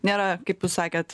nėra kaip jūs sakėt